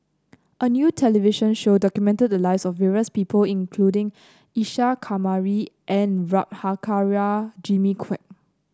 a new television show documented the lives of various people including Isa Kamari and Prabhakara Jimmy Quek